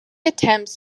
attempts